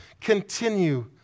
continue